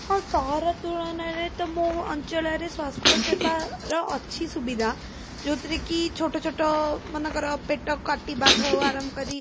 ହଁ ସହର ତୁଳନାରେ ତ ମୋ ଅଞ୍ଚଳରେ ସ୍ୱାସ୍ଥ୍ୟସେବାର ଅଛି ସୁବିଧା ଯେଉଁଥିରେକି ଛୋଟଛୋଟ ମନେକର ପେଟ କାଟିବାଠୁ ଆରମ୍ଭ କରି